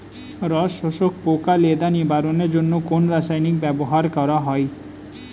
রস শোষক পোকা লেদা নিবারণের জন্য কোন রাসায়নিক ব্যবহার করা হয়?